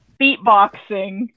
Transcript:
beatboxing